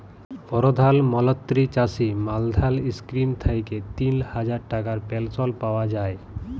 পরধাল মলত্রি চাষী মাল্ধাল ইস্কিম থ্যাইকে তিল হাজার টাকার পেলশল পাউয়া যায়